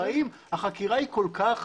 האם החקירה היא כל כך